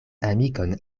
amikon